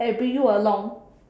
and bring you along